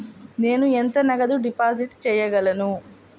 నేను ఎంత నగదు డిపాజిట్ చేయగలను?